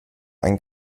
einen